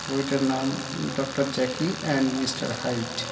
বইটার নাম doctor Jekyll and mister height